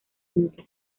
junta